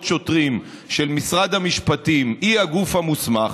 שוטרים של משרד המשפטים היא הגוף המוסמך,